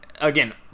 again